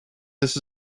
this